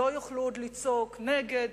לא יוכלו עוד לצעוק "נגד",